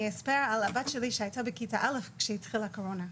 אני אספר על הבת שלי שהייתה בכיתה א' כשהתחילה הקורונה.